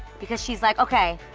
because she's like okay,